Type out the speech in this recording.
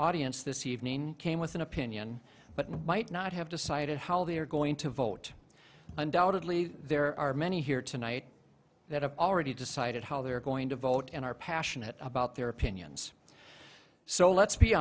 audience this evening came with an opinion but might not have decided how they're going to vote undoubtedly there are many here tonight that have already decided how they're going to vote and are passionate about their opinions so let's be